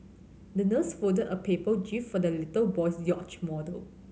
the nurse folded a paper jib for the little boy's yacht model